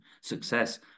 success